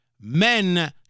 Men